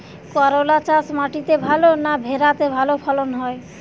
করলা চাষ মাটিতে ভালো না ভেরাতে ভালো ফলন হয়?